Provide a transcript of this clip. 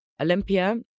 Olympia